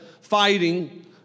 fighting